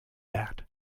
that